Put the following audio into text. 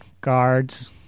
guards